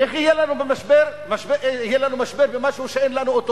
איך יהיה לנו משבר במשהו שאין לנו?